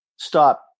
stop